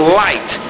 light